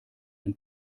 ein